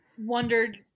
wondered